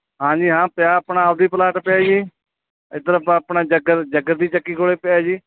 ਹਾਂ ਜੀ ਹਾਂ ਪਿਆ ਆਪਣਾ ਆਪਦੀ ਪਲਾਟ ਪਿਆ ਜੀ ਇੱਧਰ ਆਪਣਾ ਆਪਣਾ ਜੈਕਰ ਜੈਕਰ ਦੀ ਚੱਕੀ ਕੋਲ ਪਿਆ ਜੀ